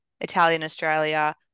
Italian-Australia